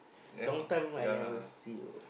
long time I never see you